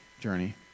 journey